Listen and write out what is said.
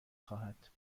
خواهد